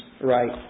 right